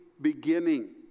beginning